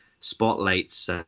spotlights